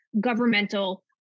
governmental